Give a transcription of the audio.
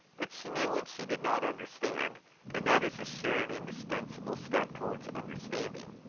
but she knew when she did not understand and that is a sure and indispensable step towards understanding.